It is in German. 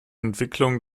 entwicklung